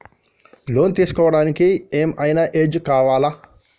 Loan తీస్కోవడానికి ఏం ఐనా ఏజ్ కావాలా?